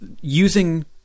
using